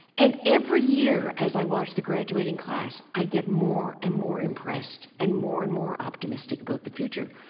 and every year as i watch the graduating class i get more and more impressed and more and more optimistic about the future.